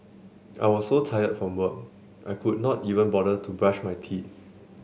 I was so tire from work I could not even bother to brush my teeth